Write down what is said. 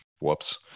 Whoops